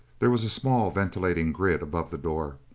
there was a small ventilating grid above the door.